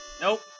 Nope